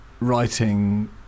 writing